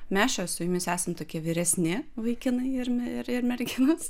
mes čia su jumis esam tokie vyresni vaikinai ir ir ir merginos